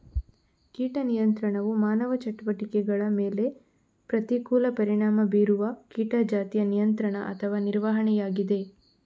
ಕೀಟ ನಿಯಂತ್ರಣವು ಮಾನವ ಚಟುವಟಿಕೆಗಳ ಮೇಲೆ ಪ್ರತಿಕೂಲ ಪರಿಣಾಮ ಬೀರುವ ಕೀಟ ಜಾತಿಯ ನಿಯಂತ್ರಣ ಅಥವಾ ನಿರ್ವಹಣೆಯಾಗಿದೆ